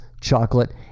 chocolate